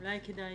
אולי כדאי